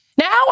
Now